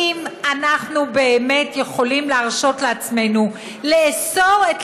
האם באמת אנחנו יכולים להרשות לעצמנו לאסור את